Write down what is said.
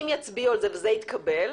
אם זה יתקבל,